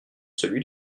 celui